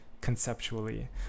conceptually